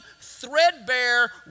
threadbare